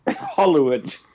Hollywood